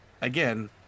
again